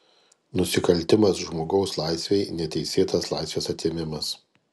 nusikaltimas žmogaus laisvei neteisėtas laisvės atėmimas